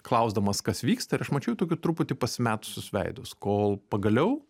klausdamas kas vyksta ir aš mačiau truputį pasimetusius veidus kol pagaliau